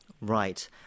Right